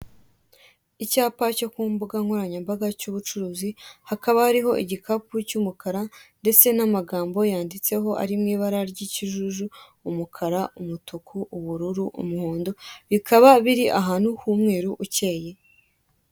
Icyapa cyo ku mbuga nkoranyambaga cy'ubucuruzi hakaba hariho igikapu cy'umukara ndetse n'amagambo yanditseho ari mu ibara ry'ikijuju, umukara, umutuku, ubururu, umuhondo, bikaba bira ahantu h'umweru ucyeye.